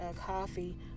coffee